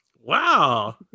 Wow